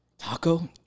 Taco